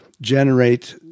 generate